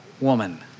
woman